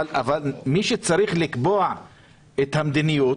אבל מי שצריך לקבוע את המדיניות